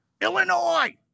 Illinois